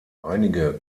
einige